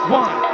one